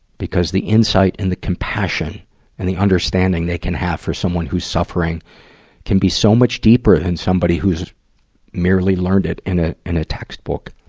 because the insight and the compassion and the understanding they can have for someone who's suffering can be so much deeper than somebody who's merely learned it in a, in a textbook.